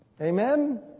Amen